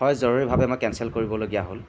হয় জৰুৰীভাৱে মই কেঞ্চেল কৰিবলগীয়া হ'ল